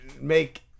make